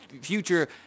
future